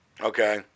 Okay